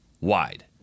Wide